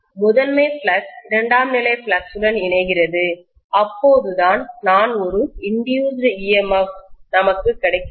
முதன்மை ஃப்ளக்ஸ் இரண்டாம் நிலை ஃப்ளக்ஸ் உடன் இணைகிறது அப்போதுதான் நான் ஒரு இன்டியூஸ்டு EMF தூண்டப்பட்ட EMF நமக்கு கிடைக்கிறது